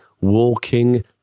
walking